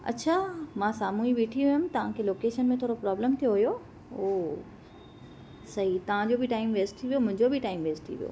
अच्छा मां साम्हू ई वेठी हुअमि तव्हां खे लोकेशन में थोरो प्रोब्लम थियो हुओ उहो सही तव्हां जो बि टाइम वेस्ट थी वियो मुंहिंजो बि टाइम वेस्ट थी वियो